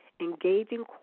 engaging